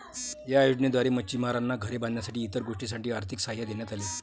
या योजनेद्वारे मच्छिमारांना घरे बांधण्यासाठी इतर गोष्टींसाठी आर्थिक सहाय्य देण्यात आले